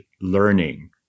learning